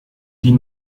die